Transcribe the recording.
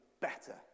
better